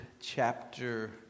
chapter